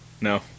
No